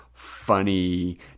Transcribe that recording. funny